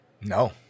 No